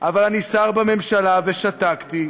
אבל אני שר בממשלה, ושתקתי,